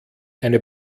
eine